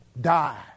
Die